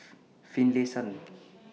Finlayson